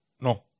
No